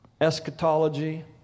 eschatology